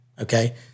okay